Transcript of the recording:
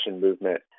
movement